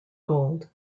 gold